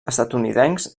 estatunidencs